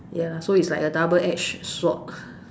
ya so it's like a double edged sword